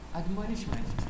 admonishment